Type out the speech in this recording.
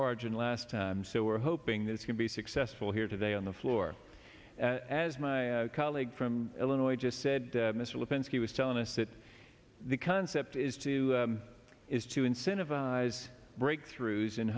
margin last time so we're hoping this can be successful here today on the floor as my colleague from illinois just said mr lipinski was telling us that the concept is to is to incentivize breakthroughs in